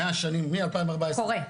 מהשנים 2014 -- קורה?